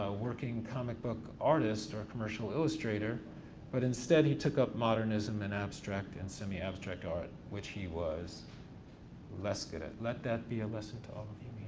ah working comic book artist or a commercial illustrator but instead he took up modernism and abstract and semi-abstract art, which he was less good at. let that be a lesson to all of you